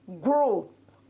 growth